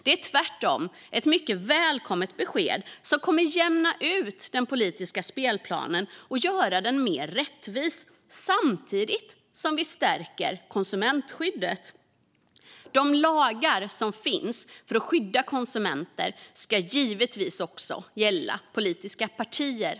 Det är tvärtom ett mycket välkommet besked som kommer att jämna ut den politiska spelplanen och göra den mer rättvis, samtidigt som vi stärker konsumentskyddet. De lagar som finns för att skydda konsumenter ska givetvis också gälla politiska partier.